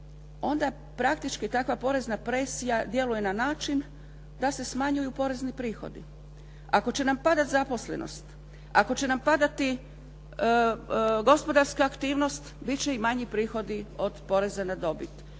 onda praktički takva porezna presija djeluje na način da se smanjuju porezni prihodi. Ako će nam padat zaposlenost, ako će nam padati gospodarska aktivnost, bit će i manji prihodi od poreza na dobit.